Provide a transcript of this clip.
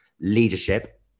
leadership